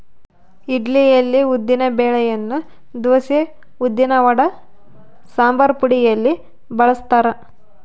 ಇಡ್ಲಿಯಲ್ಲಿ ಉದ್ದಿನ ಬೆಳೆಯನ್ನು ದೋಸೆ, ಉದ್ದಿನವಡ, ಸಂಬಾರಪುಡಿಯಲ್ಲಿ ಬಳಸ್ತಾರ